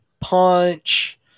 Punch